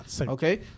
Okay